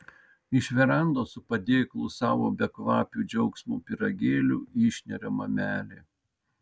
iš verandos su padėklu savo bekvapių džiaugsmo pyragėlių išneria mamelė